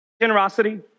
generosity